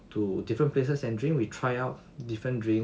to different places and drink we try out different drinks